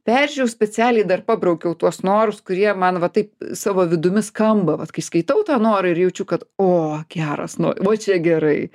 peržiūrėjau specialiai dar pabraukiau tuos norus kurie man va taip savo vidumi skamba vat kai skaitau tą norą ir jaučiu kad o geras nu va čia gerai